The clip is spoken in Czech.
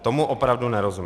Tomu opravdu nerozumím.